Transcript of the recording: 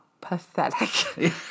pathetic